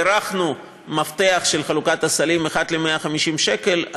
הערכנו מפתח של חלוקת הסלים: אחד ל-150 שקל.